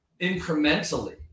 incrementally